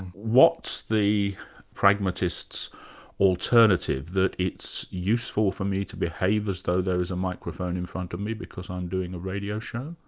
what's the pragmatist's alternative that it's useful for me to behave as though there is a microphone in front of me because i'm doing a radio show?